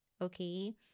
okay